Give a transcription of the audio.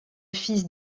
fils